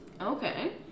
Okay